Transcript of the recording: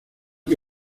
que